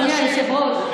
אדוני היושב-ראש,